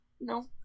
No